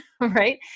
Right